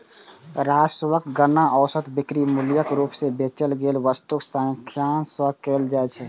राजस्वक गणना औसत बिक्री मूल्यक रूप मे बेचल गेल वस्तुक संख्याक सं कैल जाइ छै